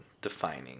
defining